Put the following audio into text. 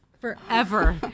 forever